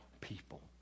people